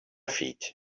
feet